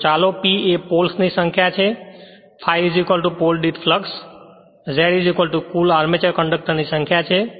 તો ચાલો P એ પોલ્સ ની સંખ્યા છે અને ∅ પોલ દીઠ ફ્લક્ષ Z કુલ આર્મચર કંડક્ટર ની સંખ્યા છે